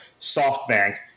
SoftBank